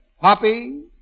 Poppy